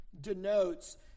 denotes